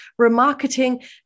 remarketing